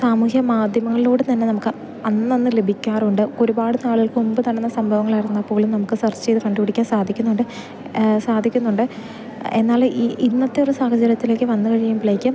സാമൂഹ്യ മാധ്യമങ്ങളിലൂടെ തന്നെ നമുക്ക് അന്നന്ന് ലഭിക്കാറുണ്ട് ഒരുപാട് നാളുകൾക്ക് മുമ്പ് നടന്ന സംഭവങ്ങളായിരുന്നാൽ പോലും നമുക്ക് സർച്ച് ചെയ്ത് കണ്ട്പിടിക്കാൻ സാധിക്കുന്നുണ്ട് സാധിക്കുന്നുണ്ട് എന്നാൽ ഈ ഇന്നത്തൊരു സാഹചര്യത്തിലേക്ക് വന്ന് കഴിയുമ്പോഴെക്കും